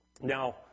Now